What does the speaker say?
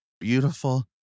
beautiful